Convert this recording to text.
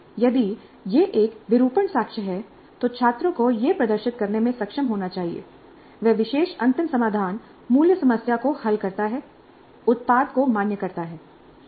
यदि यह एक विरूपण साक्ष्य है तो छात्रों को यह प्रदर्शित करने में सक्षम होना चाहिए वह विशेष अंतिम समाधान मूल समस्या को हल करता है उत्पाद को मान्य करता है